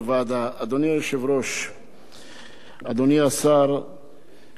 אדוני השר לביטחון פנים, חברי חברי הכנסת,